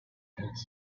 pits